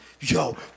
yo